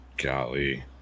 Golly